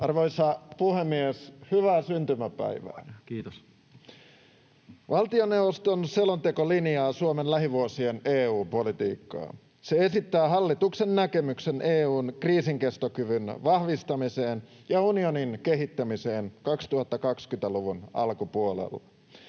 Arvoisa puhemies, hyvää syntymäpäivää! Valtioneuvoston selonteko linjaa Suomen lähivuosien EU-politiikkaa. Se esittää hallituksen näkemyksen EU:n kriisinkestokyvyn vahvistamiseen ja unionin kehittämiseen 2020-luvun alkupuolella.